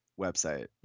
website